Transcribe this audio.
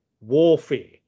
warfare